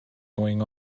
going